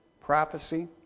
prophecy